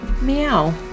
Meow